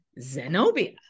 Zenobia